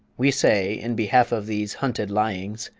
we say in behalf of these hunted lyings,